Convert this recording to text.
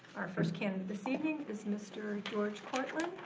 our first candidate this evening is mr. george kortlandt.